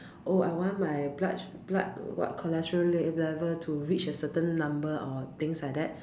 oh I want my blood s~ what cholesterol l~ level to reach a certain number or things like that